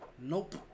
Nope